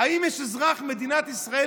האם יש אזרח במדינת ישראל